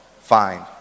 find